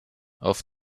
auf